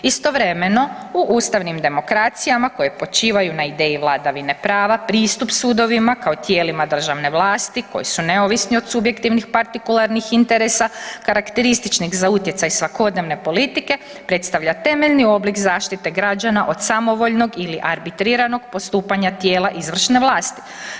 Istovremeno u ustavnim demokracijama koje počivaju na ideji vladavine prava pristup sudovima kao tijelima državne vlasti koji su neovisni od subjektivnih partikularnih interesa karakterističnih za utjecaj svakodnevne politike predstavlja temeljni oblik zaštite građana od samovoljnog ili arbitriranog postupanja tijela izvršne vlasti.